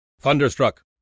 Thunderstruck